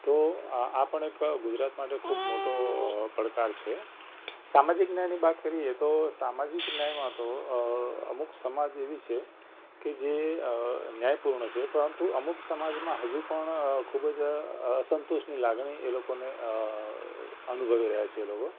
તો આ આ પણ એક ગુજરાત માટે ખુબ મોટો પડકાર છે સામાજિક ન્યાયની વાત કરીએ તો સામાજિક ન્યાયમાં તો અમુક સમાજ એવી છે કે જે ન્યાયપૂર્ણ છે પરંતુ અમુક સમાજમાં હજુ પણ ખૂબ જ અસંતુષ્ટની લાગણી એ લોકોને અનુભવી રહ્યાં છે એ લોકો